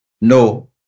No